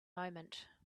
moment